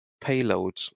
payload